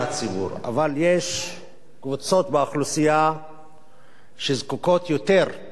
אבל יש קבוצות באוכלוסייה שזקוקות יותר לתחבורה הציבורית: